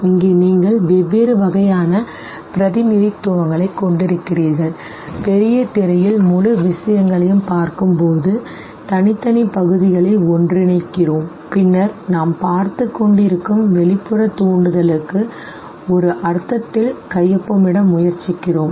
இங்கே நீங்கள் வெவ்வேறு வகையான பிரதிநிதித்துவங்களைக் கொண்டிருக்கிறீர்கள் பெரிய திரையில் முழு விஷயங்களையும் பார்க்கும்போது தனித்தனி பகுதிகளை ஒன்றிணைக்கிறோம் பின்னர் நாம் பார்த்துக்கொண்டிருக்கும் வெளிப்புற தூண்டுதலுக்கு ஒரு அர்த்தத்தில் கையொப்பமிட முயற்சிக்கிறோம் சரி